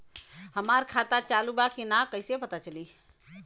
हमार खाता चालू बा कि ना कैसे पता चली?